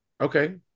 Okay